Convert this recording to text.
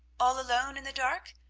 all alone in the dark!